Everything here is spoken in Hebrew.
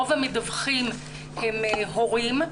רוב המדווחים הם הורים,